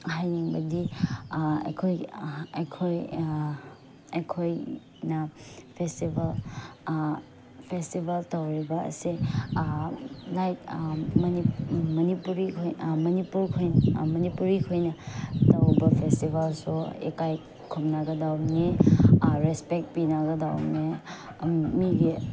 ꯍꯥꯏꯅꯤꯡꯕꯗꯤ ꯑꯩꯈꯣꯏ ꯑꯩꯈꯣꯏ ꯑꯩꯈꯣꯏꯅ ꯐꯦꯁꯇꯤꯚꯦꯜ ꯐꯦꯁꯇꯤꯚꯦꯜ ꯇꯧꯔꯤꯕ ꯑꯁꯤ ꯂꯥꯏꯛ ꯃꯅꯤꯄꯨꯔꯤꯈꯣꯏꯅ ꯇꯧꯕ ꯐꯦꯁꯇꯤꯚꯦꯜꯁꯨ ꯏꯀꯥꯏ ꯈꯨꯝꯅꯒꯗꯕꯅꯤ ꯔꯦꯁꯄꯦꯛ ꯄꯤꯅꯒꯗꯕꯅꯤ ꯃꯤꯒꯤ